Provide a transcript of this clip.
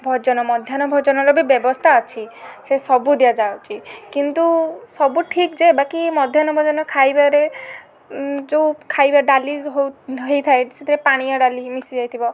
ଭୋଜନ ମଧ୍ୟାହ୍ନ ଭୋଜନର ବି ବ୍ୟବସ୍ଥା ଅଛି ସେ ସବୁ ଦିଆଯାଉଛି କିନ୍ତୁ ସବୁ ଠିକ୍ ଯେ ବାକି ମଧ୍ୟାହ୍ନ ଭୋଜନ ଖାଇବାରେ ଯେଉଁ ଖାଇବାଟା ଡାଲି ହଉ ହେଇଥାଏ ସେଥିରେ ପାଣିଆ ଡାଲି ମିଶି ଯାଇଥିବ